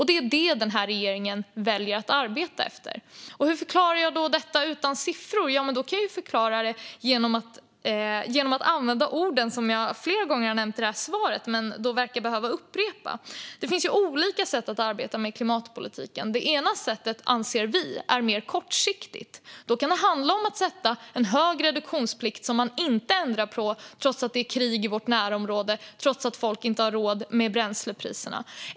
Det är det denna regering väljer att arbeta efter. Hur förklarar jag då detta utan siffror? Jag kan förklara det genom att använda de ord som jag använt flera gånger i svaret men som jag verkar behöva upprepa. Det finns ju olika sätt att arbeta med klimatpolitiken. Ett sätt anser vi vara mer kortsiktigt. Det kan handla om att sätta en hög reduktionsplikt som man inte ändrar på, trots att det är krig i vårt närområde och trots att folk inte har råd med bränslepriserna.